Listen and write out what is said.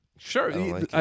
Sure